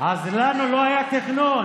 אז לנו לא היה תכנון.